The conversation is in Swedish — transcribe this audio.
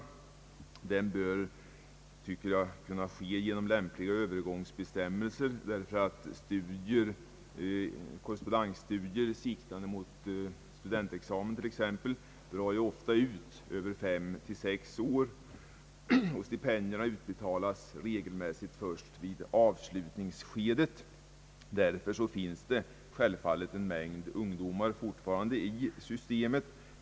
Denna avveckling bör enligt mitt förmenande kunna ske genom lämpliga övergångsbestämmelser, eftersom korrespondensstudier siktande mot t.ex. studentexamen ju ofta drar ut över fem å sex år, medan stipendierna regelmässigt utbetalas först i avslutningskedet. Det finns därför självfallet alltjämt en mängd ungdomar för vilka detta system gäller.